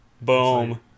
Boom